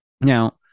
Now